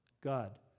God